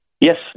Yes